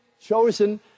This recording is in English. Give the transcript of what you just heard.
chosen